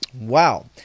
Wow